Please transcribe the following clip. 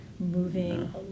Moving